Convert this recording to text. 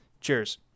Cheers